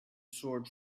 sword